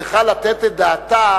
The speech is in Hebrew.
צריכה לתת את דעתה